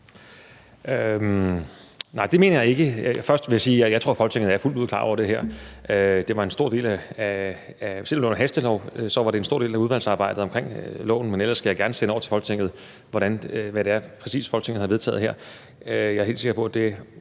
Nej, det mener jeg ikke. Først vil jeg sige: Jeg tror, Folketinget er fuldt ud klar over det her. Selv om det var en hastelov, var det en stor del af udvalgsarbejdet omkring loven, men ellers skal jeg gerne sende over til Folketinget, hvad det præcis er, Folketinget har vedtaget her. Jeg er helt sikker på, at